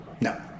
No